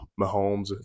Mahomes